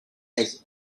has